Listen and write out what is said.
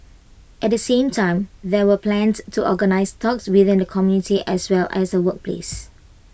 at the same time there are plans to organise talks within the community as well as at workplace